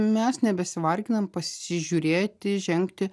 mes nebesivarginam pasižiūrėti žengti